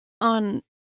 On